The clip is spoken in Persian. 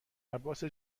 عباس